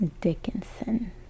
Dickinson